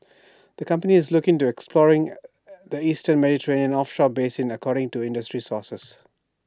the company is looking at exploring the eastern Mediterranean offshore basin according to industry sources